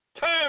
time